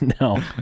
No